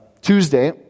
Tuesday